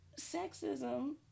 sexism